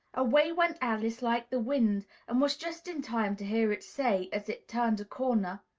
away went alice like the wind and was just in time to hear it say, as it turned a corner,